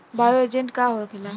Bio agent का होखेला?